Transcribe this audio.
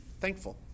Thankful